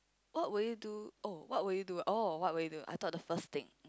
what will you do oh what will you do oh what will you do I thought the first thing